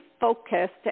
focused